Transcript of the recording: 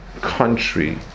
country